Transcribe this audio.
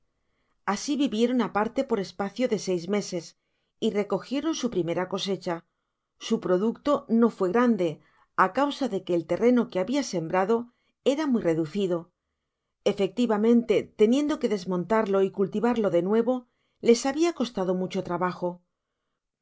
asi vivieron aparte por espacio de seis meses y recogieron su primera cosecha su producto no fué grande á causa de que el terreno que habia sembrado era muy redueido efectivamente teniendo que desmontarlo y cultivarlo de nuevo les habia costado mucho trabajo